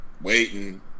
waiting